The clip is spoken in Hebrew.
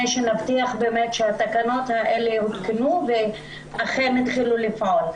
שנבטיח באמת שהתקנות האלה יעודכנו ואכן התחילו לפעול.